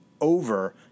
over